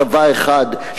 צבא אחד,